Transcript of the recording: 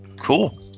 Cool